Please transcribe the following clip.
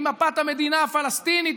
היא מפת המדינה הפלסטינית,